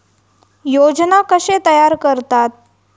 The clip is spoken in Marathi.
योजना कशे तयार करतात?